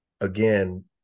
again